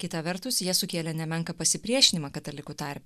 kita vertus jie sukėlė nemenką pasipriešinimą katalikų tarpe